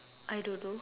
I don't know